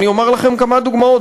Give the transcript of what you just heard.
אני אומר לכם כמה דוגמאות,